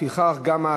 לפיכך, גם